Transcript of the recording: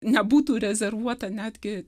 nebūtų rezervuota netgi